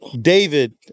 david